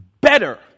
better